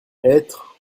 être